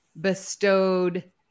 bestowed